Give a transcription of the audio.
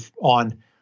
on